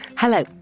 Hello